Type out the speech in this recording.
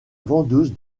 vendeuse